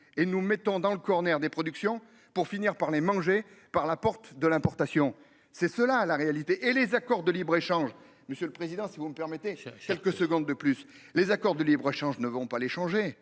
et nous mettons dans le corner des productions pour finir par les manger par la porte de l'importation, c'est cela la réalité et les accords de libre-, échange, monsieur le président, si vous me permettez quelques secondes de plus. Les accords de libre-échange ne vont pas les changer.